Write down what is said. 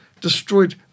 destroyed